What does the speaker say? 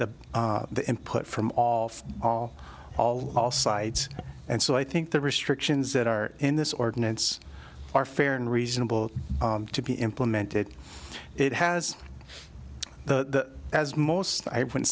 the the input from off all all all sides and so i think the restrictions that are in this ordinance are fair and reasonable to be implemented it has the as most i would